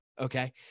okay